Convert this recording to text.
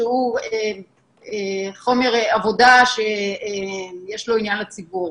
שהוא חומר עבודה שיש לו עניין לציבור.